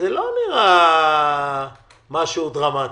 זה לא נראה משהו דרמתי.